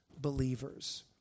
believers